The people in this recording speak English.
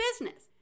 business